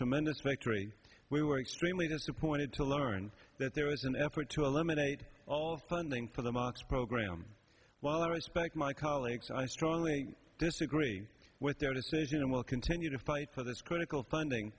tremendous victory we were extremely disappointed to learn that there was an effort to eliminate all funding for the mox program while i respect my colleagues i strongly disagree with their decision and will continue to fight for this critical funding